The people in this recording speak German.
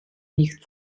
nicht